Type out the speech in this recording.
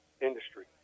industry